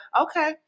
Okay